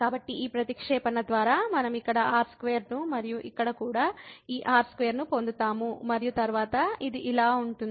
కాబట్టి ఈ ప్రతిక్షేపణ ద్వారా మనం ఇక్కడ r2 ను మరియు ఇక్కడ కూడా ఈ r2 ను పొందుతాము మరియు తరువాత ఇది ఇలా ఉంటుంది r0sin rr